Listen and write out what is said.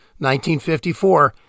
1954